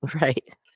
Right